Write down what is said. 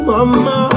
Mama